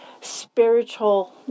spiritual